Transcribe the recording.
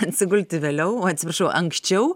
atsigulti vėliau atsiprašau anksčiau